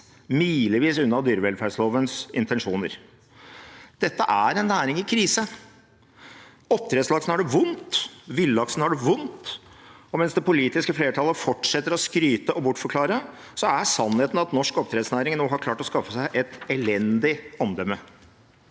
milevis unna dyrevelferdslovens intensjoner. Dette er en næring i krise. Oppdrettslaksen har det vondt, villaksen har det vondt, og mens det politiske flertallet fortsetter å skryte og bortforklare, er sannheten at norsk oppdrettsnæring nå har klart å skaffe seg et elendig omdømme.